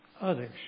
others